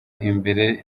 ibere